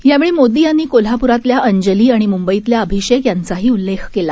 यावेळीमोदीयांनीकोल्हाप्रातल्याअंजलीआणिमुंबईतल्याअभिषेकयांचाहीउल्लेखकेला